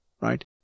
right